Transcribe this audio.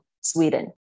Sweden